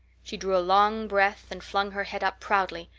she drew a long breath and flung her head up proudly,